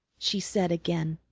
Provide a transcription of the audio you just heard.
she said again.